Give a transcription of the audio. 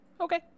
Okay